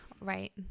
Right